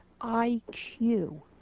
IQ